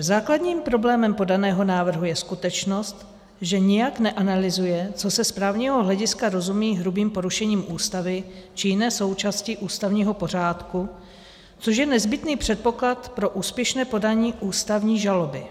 Základním problémem podaného návrhu je skutečnost, že nijak neanalyzuje, co se z právního hlediska rozumí hrubým porušením Ústavy či jiné součásti ústavního pořádku, což je nezbytný předpoklad pro úspěšné podání ústavní žaloby.